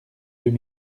deux